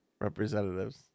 representatives